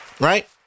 Right